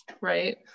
right